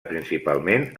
principalment